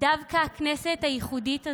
דווקא בכנסת ייחודית זו,